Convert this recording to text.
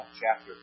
chapter